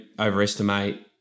overestimate